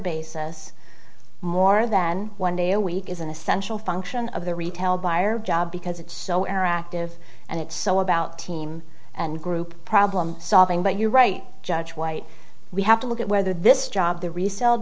basis more than one day a week is an essential function of the retail buyer job because it's so air active and it's so about team and group problem solving but you're right judge white we have to look at whether this job the resale